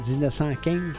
1915